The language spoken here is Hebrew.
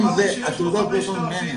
והוא אמר שיש לו 5,000 תלמידים.